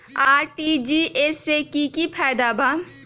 RTGS से की की फायदा बा?